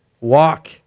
walk